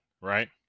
Right